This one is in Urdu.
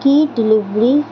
کی ڈلیوڑی